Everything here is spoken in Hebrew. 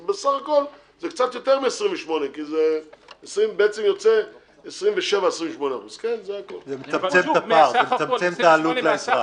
אז בסך הכול זה 28%. זה מצמצם את העלות לאזרח.